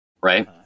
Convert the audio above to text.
Right